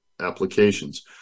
applications